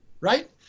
right